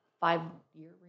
five-year